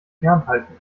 fernhalten